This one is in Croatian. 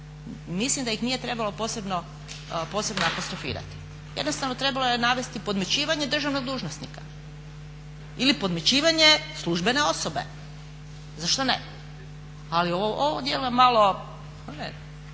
Mislim da ih nije trebalo posebno apostrofirati, jednostavno trebalo je navesti podmićivanje državnog dužnosnika ili podmićivanje službene osobe, zašto ne. Ali ovo djeluje malo,